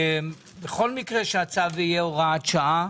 שבכל מקרה הצו הזה יהיה הוראת שעה